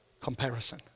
comparison